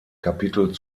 kapitel